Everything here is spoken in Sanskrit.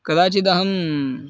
कदाचिदहं